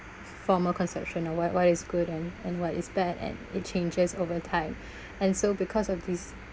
former conception of what what is good and and what is bad and it changes over time and so because of this